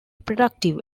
productive